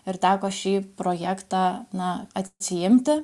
ir teko šį projektą na atsiimti